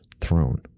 throne